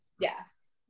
yes